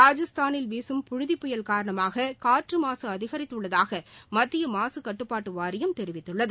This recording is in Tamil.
ராஜஸ்தானில் வீசும் புழுதி புயல் காரணமாக காற்று மாசு அதிகரித்துள்ளதாக மத்திய மாசு கட்டுப்பாட்டு வாரியம் தெரிவித்துள்ளது